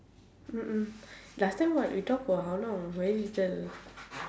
mm mm last time what we talk for how long very little